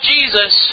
Jesus